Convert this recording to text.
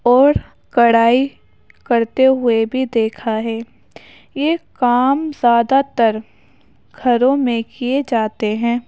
اور کڑھائی کرتے ہوئے بھی دیکھا ہے یہ کام زیادہ تر گھروں میں کئے جاتے ہیں